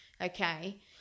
okay